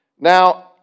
Now